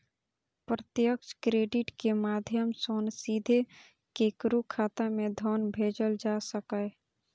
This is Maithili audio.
प्रत्यक्ष क्रेडिट के माध्यम सं सीधे केकरो खाता मे धन भेजल जा सकैए